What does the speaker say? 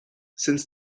since